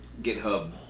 GitHub